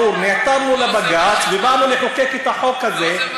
זה ברור: נעתרנו לבג"ץ ובאנו לחוקק את החוק הזה,